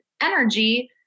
energy